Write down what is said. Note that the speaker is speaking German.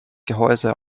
gehäuse